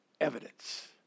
Evidence